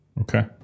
Okay